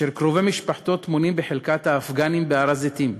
אשר קרובי משפחתו טמונים בחלקת האפגנים בהר-הזיתים.